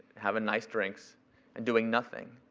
having nice drinks and doing nothing?